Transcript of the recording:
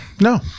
No